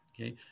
Okay